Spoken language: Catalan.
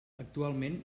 actualment